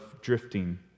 drifting